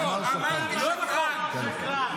תקשיב טוב -- מי שמשקר, יגידו שהוא שקרן.